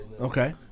Okay